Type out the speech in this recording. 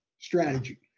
strategy